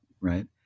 Right